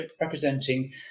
representing